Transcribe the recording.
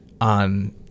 on –